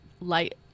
light